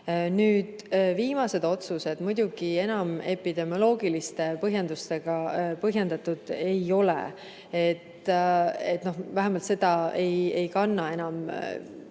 saa. Viimased otsused muidugi enam epidemioloogiliste põhjendustega põhjendatud ei ole. Vähemalt need põhjendused